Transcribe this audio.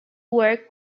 work